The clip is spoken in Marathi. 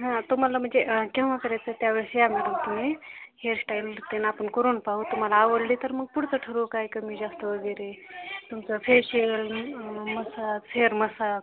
हां तुम्हाला म्हणजे केव्हा करायचं आहे त्यावेळेस या मॅडम तुम्ही हेअर श्टाईल आपण त्यांना आपण करून पाहू तुम्हाला आवडली तर मग पुढचं ठरवू काय कमी जास्त वगैरे तुमचं फेशियल मसाज हेअर मसाज